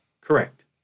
Correct